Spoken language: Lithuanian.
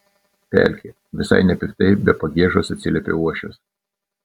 pelkė visai nepiktai be pagiežos atsiliepė uošvis